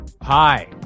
Hi